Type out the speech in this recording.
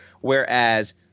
Whereas